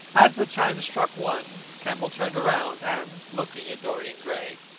as the chime struck one, campbell turned round, and looking at dorian gray,